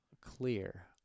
clear